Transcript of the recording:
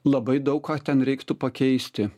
labai daug ką ten reiktų pakeisti